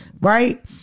Right